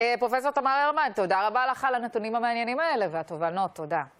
פרופ' תמר הרמן, תודה רבה לך לנתונים המעניינים האלה והתובנות, נו, תודה.